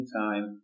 time